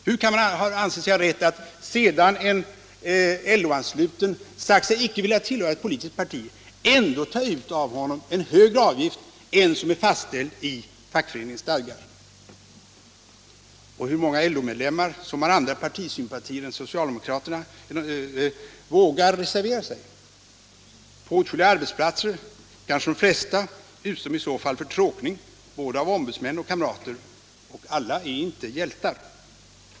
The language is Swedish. Hur kan man anse sig ha rätt att sedan en LO-ansluten sagt sig inte vilja tillhöra det socialdemokratiska partiet ändå ta ut en högre avgift av honom än som är fastställd i fackföreningens stadgar? Och hur många LO-medlemmar som har andra partisympatier än socialdemokratiska vågar reservera sig? På åtskilliga arbetsplatser — kanske de flesta — utsätts de i så fall för tråkning av både ombudsmän och kamrater. Och alla är inte hjältar.